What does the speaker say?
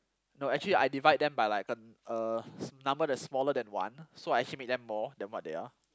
no actually I divide them by like uh uh number that's smaller than one so I actually made them more than what they are